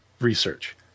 research